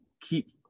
keep